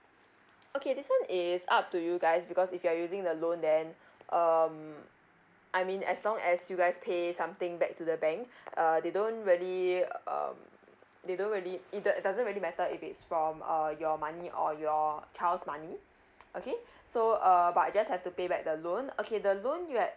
okay this one is up to you guys because if you are using the loan then um I mean as long as you guys pay something back to the bank uh they don't really um they don't really it doesn't really matter if it's from err your money or your child's money okay so uh but just have to pay back the loan okay the loan you had